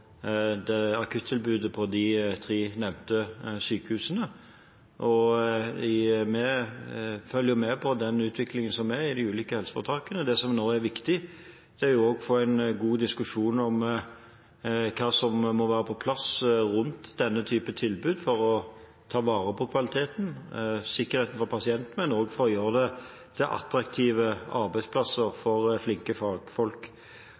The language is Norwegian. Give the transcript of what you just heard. det foreligger noen konkrete planer om å gjøre endringer på akutt-tilbudet på de tre nevnte sykehusene. Vi følger med på utviklingen i de ulike helseforetakene. Det som nå er viktig, er å få en god diskusjon om hva som må være på plass rundt denne type tilbud for å ta vare på kvaliteten og sikkerheten for pasienten, og også for å gjøre det til attraktive arbeidsplasser for flinke fagfolk.